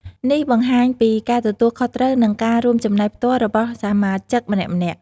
នេះបង្ហាញពីការទទួលខុសត្រូវ និងការរួមចំណែកផ្ទាល់របស់សមាជិកម្នាក់ៗ។